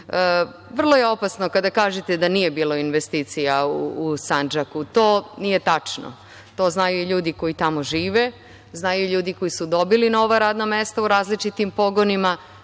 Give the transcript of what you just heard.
je opasno kada kažete da nije bilo investicija u Sandžaku. To nije tačno. To znaju i ljudi koji tamo žive, znaju i ljudi koji su dobili nova radna mesta u različitim pogonima.